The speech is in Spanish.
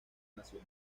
nación